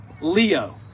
leo